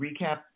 recap